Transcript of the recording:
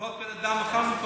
לפחות בן אדם מפחד ממני.